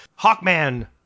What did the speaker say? Hawkman